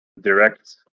Direct